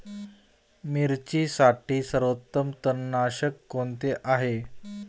मिरचीसाठी सर्वोत्तम तणनाशक कोणते आहे?